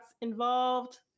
involved